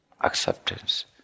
acceptance